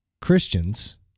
christians